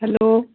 hello